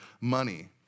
money